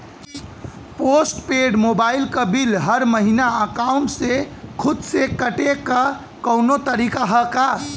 Post paid mobile क bill हर महिना एकाउंट से खुद से कटे क कौनो तरीका ह का?